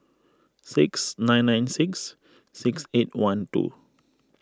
six nine nine six six eight one two